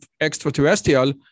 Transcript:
extraterrestrial